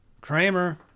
Kramer